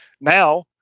Now